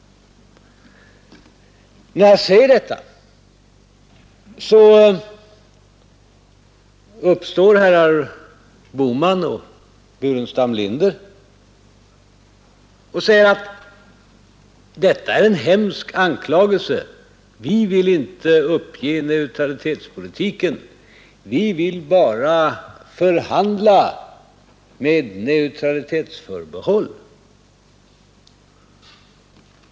När jag säger detta uppfattar herrar Bohman och Burenstam Linder det som en hemsk anklagelse: de vill inte uppge neutralitetspolitiken utan vill bara förhandla med neutralitetsförbehåll.